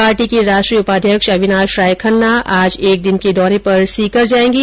party के राष्ट्रीय उपाध्यक्ष अविनाश राय खन्ना आज एक दिन के दौरे पर सीकर जायेंगे